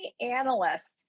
analysts